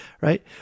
right